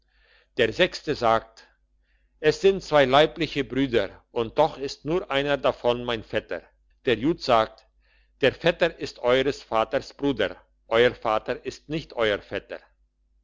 der sechste sagt es sind zwei leibliche brüder und doch ist nur einer davon mein vetter der jud sagte der vetter ist eures vaters bruder euer vater ist nicht euer vetter